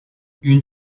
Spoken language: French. une